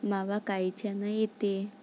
मावा कायच्यानं येते?